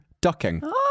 ducking